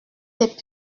tes